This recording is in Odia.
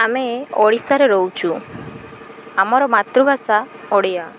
ଆମେ ଓଡ଼ିଶାରେ ରହୁଛୁ ଆମର ମାତୃଭାଷା ଓଡ଼ିଆ